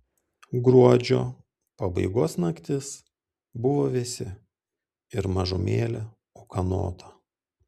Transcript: gruodžio pabaigos naktis buvo vėsi ir mažumėlę ūkanota